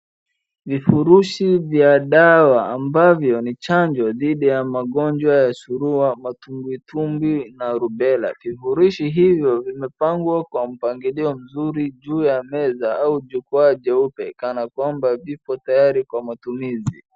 Vifurushi vya dawa ambavyo ni chanjo dhidi ya magonjwa ya surua, matumbwitumbwi na rubela. Vifurushi hivyo vimepangwa kwa mpangilio mzuri juu ya meza au jukwaa jeupe kana kwamba viko tayari kwa matumizi.